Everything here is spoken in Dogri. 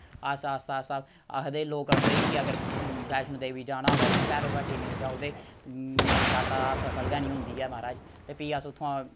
अस आस्ता आस्ता आखदे लोक आखदे कि अगर वैश्णो देवी जाना होवै ते भैरो घाटी नेईं जाओ ते जात्तरा सफल गै नि होंदी ऐ महाराज ते फ्ही अस उत्थोआं